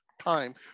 time